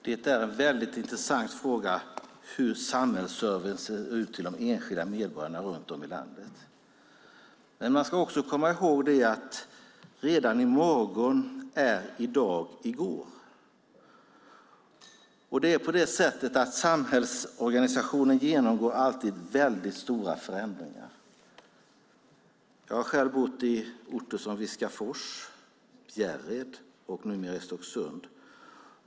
Fru talman! Hur samhällsservicen till de enskilda medborgarna ser ut runt om i landet är en intressant fråga. Men man ska också komma ihåg att redan i morgon är i dag i går. Samhällsorganisationen genomgår alltid stora förändringar. Jag har själv bort i orter som Viskafors, Bjärred och numera i Stocksund.